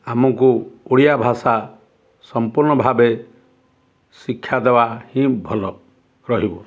ଆମକୁ ଓଡ଼ିଆ ଭାଷା ସମ୍ପୂର୍ଣ୍ଣ ଭାବେ ଶିକ୍ଷା ଦେବା ହିଁ ଭଲ ରହିବ